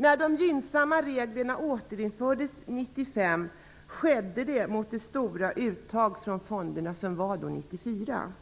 När de gynnsamma reglerna återinfördes 1995 skedde det mot bakgrund av att det var stora uttag från fonderna 1994.